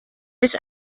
bis